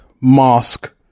Mask